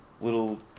little